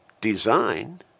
Design